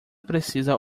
precisa